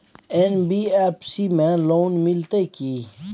NBFC में loan मिलते की?